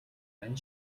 байна